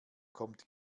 kommt